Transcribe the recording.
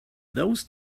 those